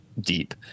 deep